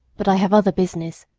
but i have other business.